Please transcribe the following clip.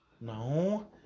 No